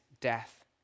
death